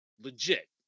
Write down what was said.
legit